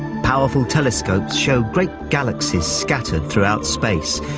powerful telescopes show great galaxies scattered throughout space,